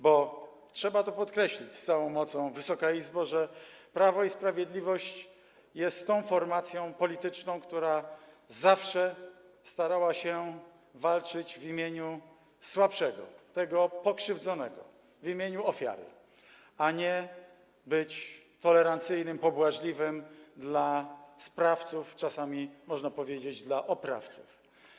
Bo trzeba tu podkreślić z całą mocą, Wysoka Izbo, że Prawo i Sprawiedliwość jest tą formacją polityczną, która zawsze starała się walczyć w imieniu słabszego, tego pokrzywdzonego, w imieniu ofiary, a nie być tolerancyjną, pobłażliwą dla sprawców, czasami, można powiedzieć, dla oprawców.